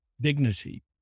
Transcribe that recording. dignity